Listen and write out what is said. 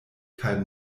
kaj